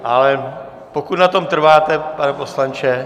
Ale pokud na tom trváte, pane poslanče?